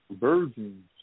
virgins